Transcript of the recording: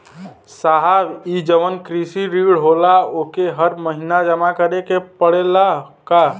साहब ई जवन कृषि ऋण होला ओके हर महिना जमा करे के पणेला का?